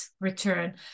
return